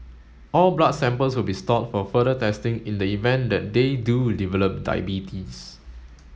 all blood samples will be stored for further testing in the event that they do develop diabetes